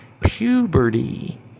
Puberty